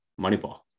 moneyball